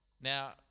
Now